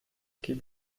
geht